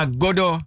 godo